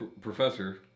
professor